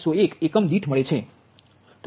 0101 એકમ દીઠ મળે છે